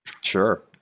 Sure